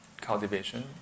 cultivation